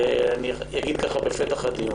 אגיד בפתח הדיון,